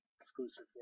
exclusive